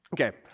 okay